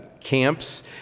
camps